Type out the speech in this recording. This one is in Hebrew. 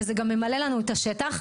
וזה גם ממלא לנו את השטח,